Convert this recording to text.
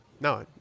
No